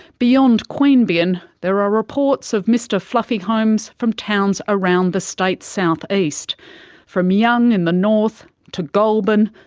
beyond queanbeyan there are reports of mr fluffy homes from towns around the state's south-east, from young in the north, to goulburn,